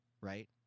right